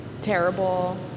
Terrible